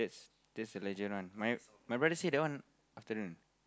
that's a legend one my my brother say that one afternoon